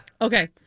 Okay